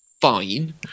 fine